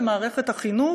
במערכת החינוך?